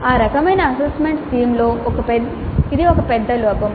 ఆ రకమైన అసెస్మెంట్ స్కీమ్లో ఇది ఒక పెద్ద లోపం